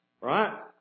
Right